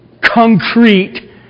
concrete